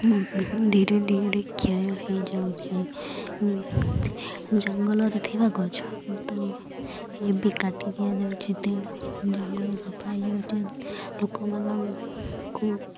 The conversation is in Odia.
ଧୀରେ ଧୀରେ କ୍ଷୟ ହୋଇଯାଉଛି ଜଙ୍ଗଲରେ ଥିବା ଗଛଖୁଟ ଏବେ କାଟି ଦିଆଯାଉଛି ତେଣୁ ଜଙ୍ଗଲ ସଫା ହୋଇଯାଉଛି ଲୋକମାନଙ୍କୁ